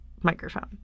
microphone